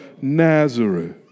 Nazareth